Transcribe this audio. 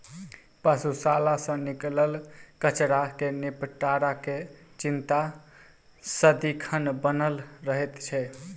पशुशाला सॅ निकलल कचड़ा के निपटाराक चिंता सदिखन बनल रहैत छै